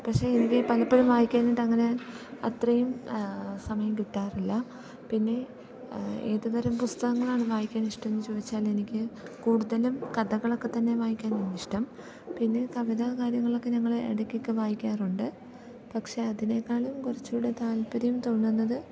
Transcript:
പക്ഷേ എനിക്ക് പലപ്പോഴും വായിക്കാനിയിട്ടങ്ങനെ അത്രയും സമയം കിട്ടാറില്ല പിന്നെ ഏതുതരം പുസ്തകങ്ങളാണ് വായിക്കാനിഷ്ടം എന്ന് ചോദിച്ചാൽ എനിക്ക് കൂടുതലും കഥകളൊക്കെ തന്നെ വായിക്കാനാണിഷ്ടം പിന്നെ കവിത കാര്യങ്ങളൊക്കെ ഞങ്ങൾ ഇടയ്ക്കൊക്കെ വായിക്കാറുണ്ട് പക്ഷെ അതിനേക്കാളും കുറച്ചുകൂടെ താല്പര്യം തോന്നുന്നത്